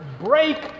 break